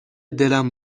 دلم